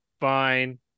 fine